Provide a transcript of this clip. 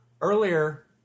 earlier